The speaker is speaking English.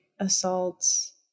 assaults